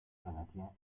canadien